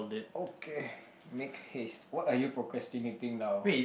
okay make haste what are you procrastinating now